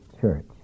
Church